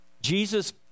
Jesus